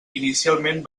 inicialment